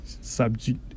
subject